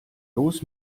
los